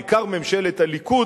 בעיקר ממשלת הליכוד,